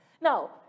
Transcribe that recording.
Now